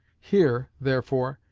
here, therefore,